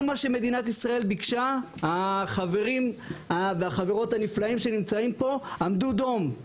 כל מה שמדינת ישראל ביקשה החברים והחברות הנפלאים שנמצאים פה עמדו דום.